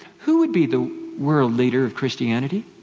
who would be the world leader of christianity?